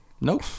Nope